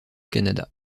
canada